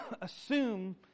assume